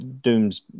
Doom's